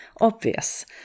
obvious